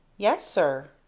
yes, sir.